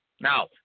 now